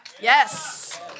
Yes